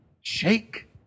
shake